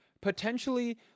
potentially